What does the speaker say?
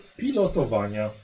pilotowania